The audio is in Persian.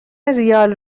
ریال